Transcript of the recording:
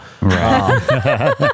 Right